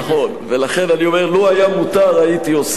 ולכן אני אומר: לו היה מותר, הייתי עושה את זה.